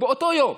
באותו יום.